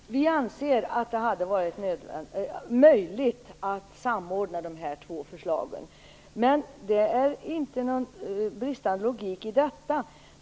Fru talman! Vi anser att det hade varit möjligt att samordna dessa två förslag. Men det är inte någon bristande logik i detta.